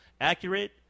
accurate